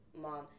Mom